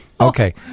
Okay